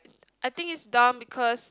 I think is dumb because